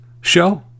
show